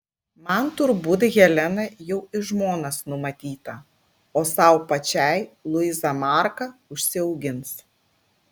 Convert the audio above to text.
man turbūt helena jau į žmonas numatyta o sau pačiai luiza marką užsiaugins